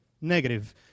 Negative